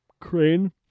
Crane